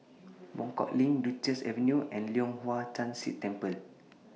Buangkok LINK Duchess Avenue and Leong Hwa Chan Si Temple